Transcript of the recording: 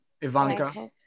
Ivanka